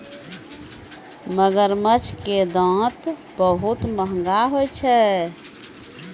मगरमच्छ के दांत बहुते महंगा होय छै